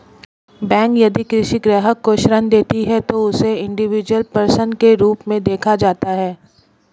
bank यदि किसी ग्राहक को ऋण देती है तो उसे इंडिविजुअल पर्सन के रूप में देखा जाता है